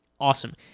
Awesome